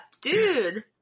dude